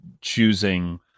choosing